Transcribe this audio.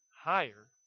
higher